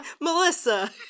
Melissa